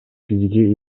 бизге